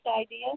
idea